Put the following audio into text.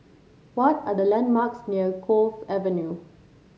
what are the landmarks near Cove Avenue